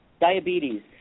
diabetes